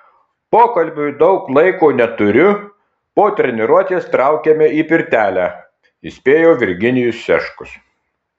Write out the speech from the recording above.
pokalbiui daug laiko neturiu po treniruotės traukiame į pirtelę įspėjo virginijus šeškus